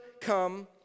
come